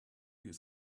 you